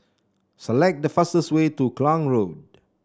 select the fastest way to Klang Road